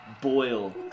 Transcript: boil